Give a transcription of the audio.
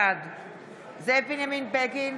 בעד זאב בנימין בגין,